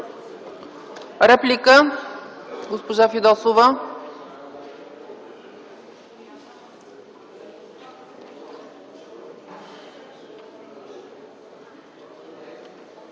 Реплика? Госпожа Фидосова.